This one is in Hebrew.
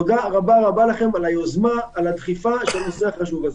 תודה רבה לכם על היוזמה ועל הדחיפה של הנושא החשוב הזה.